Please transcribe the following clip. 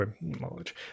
knowledge